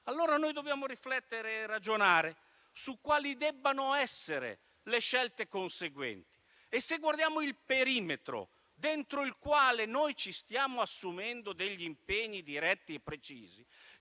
allora dobbiamo riflettere e ragionare su quali debbano essere le scelte conseguenti. Se guardiamo il perimetro dentro il quale ci stiamo assumendo impegni diretti e precisi,